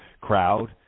crowd